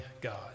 God